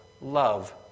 love